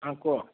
ହଁ କୁହ